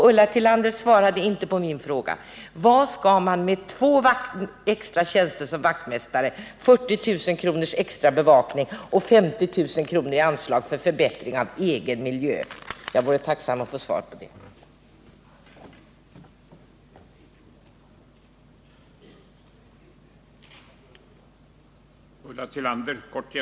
Ulla Tillander svarade inte på min fråga: Varför skall man ha två extra tjänster som vaktmästare, 40 000 kr. för extra bevakning och 50 000 kr. i anslag för förbättring av egen miljö? Jag vore tacksam att få svar på den frågan.